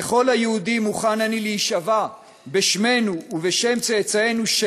ככל היהודים מוכן אני להישבע בשמנו ובשם צאצאינו,